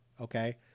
okay